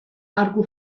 arku